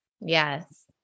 Yes